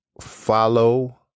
follow